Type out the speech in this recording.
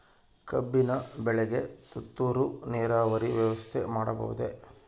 ಕಬ್ಬಿನ ಬೆಳೆಗೆ ತುಂತುರು ನೇರಾವರಿ ವ್ಯವಸ್ಥೆ ಮಾಡಬಹುದೇ?